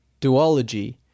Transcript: duology